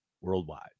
worldwide